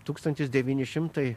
tūkstantis devyni šimtai